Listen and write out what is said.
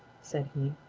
said he.